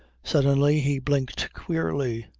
suddenly he blinked queerly,